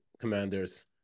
Commanders